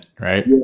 right